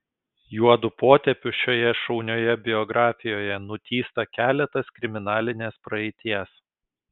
juodu potėpiu šioje šaunioje biografijoje nutįsta keletas kriminalinės praeities